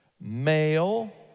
Male